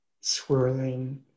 swirling